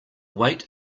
wait